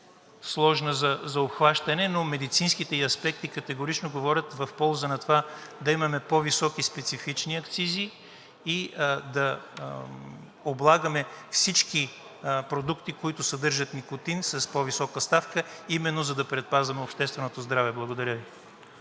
сложна за обхващане, но медицинските ѝ аспекти категорично говорят в полза на това да имаме по-високи специфични акцизи и да облагаме всички продукти, които съдържат никотин, с по-висока ставка именно за да предпазваме общественото здраве. Благодаря Ви.